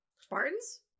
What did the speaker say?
Spartans